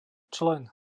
člen